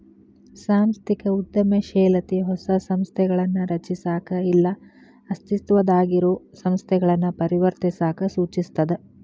ಸಾಂಸ್ಥಿಕ ಉದ್ಯಮಶೇಲತೆ ಹೊಸ ಸಂಸ್ಥೆಗಳನ್ನ ರಚಿಸಕ ಇಲ್ಲಾ ಅಸ್ತಿತ್ವದಾಗಿರೊ ಸಂಸ್ಥೆಗಳನ್ನ ಪರಿವರ್ತಿಸಕ ಸೂಚಿಸ್ತದ